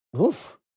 Oof